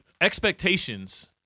expectations